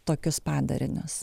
tokius padarinius